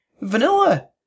Vanilla